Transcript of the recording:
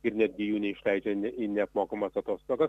ir netgi jų neišleidžia į neapmokamas atostogas